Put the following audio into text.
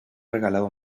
regalado